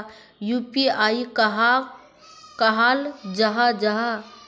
UPI कहाक कहाल जाहा जाहा?